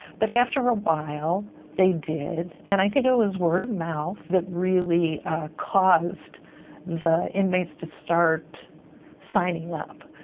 but after a while they did, and i think it was word of mouth that really caused the inmates to start signing up.